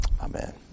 Amen